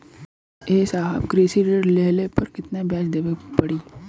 ए साहब कृषि ऋण लेहले पर कितना ब्याज देवे पणी?